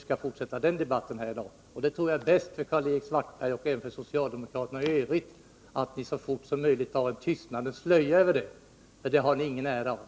Det är nog bäst för Karl-Erik Svartberg och även för socialdemokraterna i övrigt att vi snarast möjligt drar en tystnadens slöja över det beslutet, för det har ni ingen ära av.